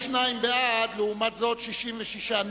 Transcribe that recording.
42 בעד, ולעומת זאת 66 נגד.